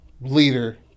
leader